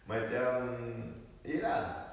macam ya lah